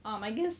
um I guess